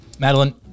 Madeline